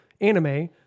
anime